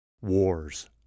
wars